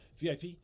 VIP